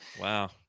Wow